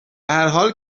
هرحال